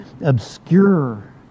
obscure